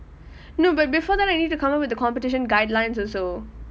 no but before that I need to come up with the competition guidelines also